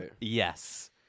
yes